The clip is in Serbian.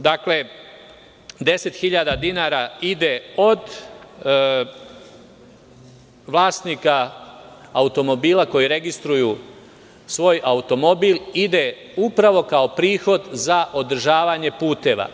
Dakle, 10.000 dinara ide od vlasnika automobila, koji registruju svoj automobil, kao prihod za održavanje puteva.